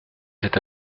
cet